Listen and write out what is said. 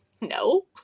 no